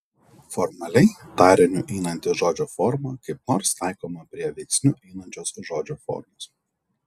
formaliai tariniu einanti žodžio forma kaip nors taikoma prie veiksniu einančios žodžio formos